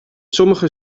sommige